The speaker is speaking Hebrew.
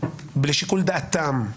לשיקול דעתם.